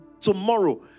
tomorrow